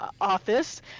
office